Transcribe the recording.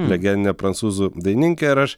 legendinė prancūzų dainininkė ir aš